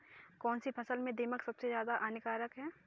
कौनसी फसल में दीमक सबसे ज्यादा हानिकारक है?